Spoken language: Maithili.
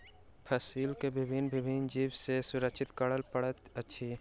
फसील के भिन्न भिन्न जीव सॅ सुरक्षित करअ पड़ैत अछि